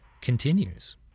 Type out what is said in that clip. continues